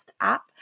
app